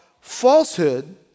falsehood